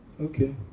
Okay